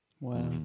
Wow